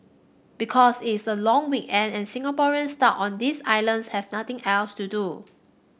because it's the long weekend and Singaporeans stuck on this islands have nothing else to do